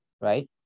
right